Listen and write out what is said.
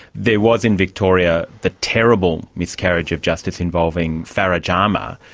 there was in victoria the terrible miscarriage of justice involving farah jama.